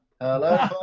Hello